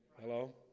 Hello